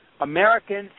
Americans